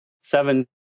seven